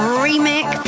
remix